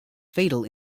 fatal